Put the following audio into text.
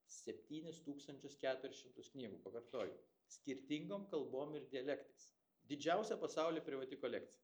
septynis tūkstančius keturis šimtus knygų pakartoju skirtingom kalbom ir dialektais didžiausia pasauly privati kolekcija